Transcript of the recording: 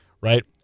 right